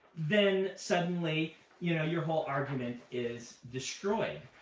then suddenly you know your whole argument is destroyed.